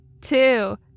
Two